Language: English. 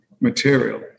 material